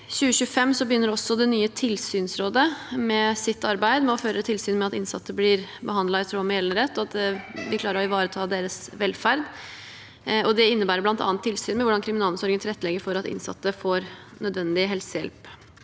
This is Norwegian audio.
2025 begynner også det nye Tilsynsrådet sitt arbeid med å føre tilsyn med at innsatte blir behandlet i tråd med gjeldende rett, og at man klarer å ivareta deres velferd. Det innebærer bl.a. tilsyn med hvordan kriminalomsorgen tilrettelegger for at innsatte får nødvendig helsehjelp.